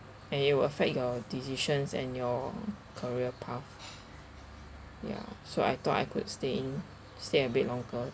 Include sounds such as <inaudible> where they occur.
and it will affect your decisions and your career path <noise> ya so I thought I could stay in stay a bit longer